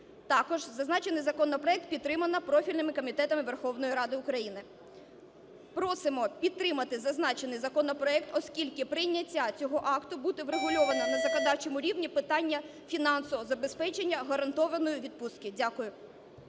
Також зазначений законопроект підтримано профільними комітетами Верховної Ради України. Просимо підтримати зазначений законопроект, оскільки прийняття цього акта – буде врегульовано на законодавчому рівні питання фінансового забезпечення гарантованої відпустки. Дякую.